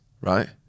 right